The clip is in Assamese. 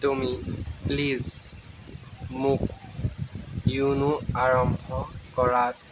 তুমি প্লিজ মোক য়োনো আৰম্ভ কৰাত